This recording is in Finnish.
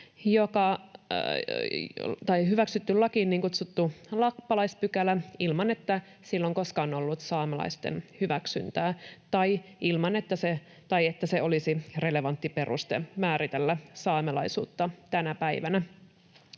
hyväksytty lakiin niin kutsuttu lappalaispykälä ilman, että sillä on koskaan ollut saamelaisten hyväksyntää tai että se olisi relevantti peruste määritellä saamelaisuutta tänä päivänä.